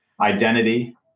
identity